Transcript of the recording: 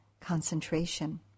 concentration